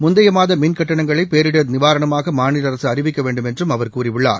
முந்தைய மாத மின் கட்டணங்களை பேரிடர் நிவாரணமாக மாநில அரசு அறிவிக்க வேண்டுமென்றும் அவர் கூறியுள்ளார்